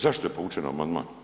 Zašto je povučen amandman?